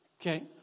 Okay